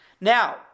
now